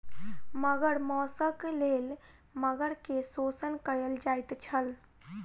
मगर मौसक लेल मगर के शोषण कयल जाइत छल